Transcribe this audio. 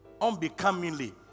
Unbecomingly